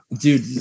dude